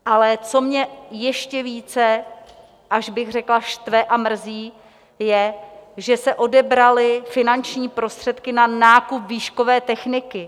Ale co mě ještě více, až bych řekla štve a mrzí, je, že se odebraly finanční prostředky na nákup výškové techniky.